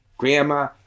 Grandma